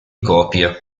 copie